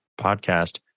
podcast